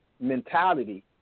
mentality